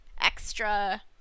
extra